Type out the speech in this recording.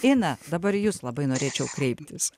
ina dabar į jus labai norėčiau kreiptis